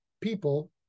people